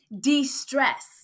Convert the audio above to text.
De-stress